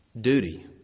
duty